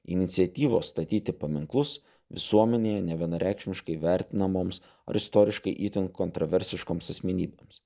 iniciatyvos statyti paminklus visuomenėje nevienareikšmiškai vertinamoms ar istoriškai itin kontroversiškoms asmenybėms